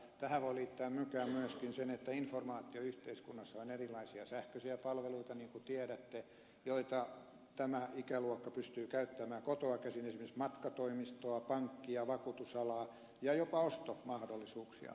tähän voi liittää nykyään myöskin sen että informaatioyhteiskunnassa on erilaisia sähköisiä palveluita niin kuin tiedätte joita tämä ikäluokka pystyy käyttämään kotoa käsin esimerkiksi matkatoimistoa pankkia vakuutusalaa ja jopa ostomahdollisuuksia